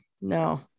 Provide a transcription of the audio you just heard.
no